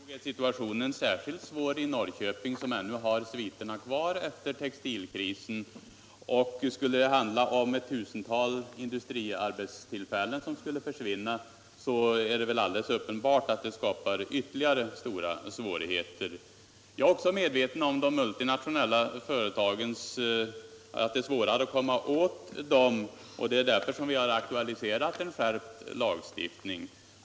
Herr talman! Men nog är situationen särskilt svår i Norrköping, som ännu har sviterna kvar efter textilkrisen. Skulle det handla om att ett tusental industriarbetstillfällen skulle försvinna, är det väl alldeles uppenbart att det skapas ytterligare stora svårigheter. Jag är också medveten om att det är svårare att komma åt de multinationella företagen, och det är därför som vi har aktualiserat en skärpt lagstiftning.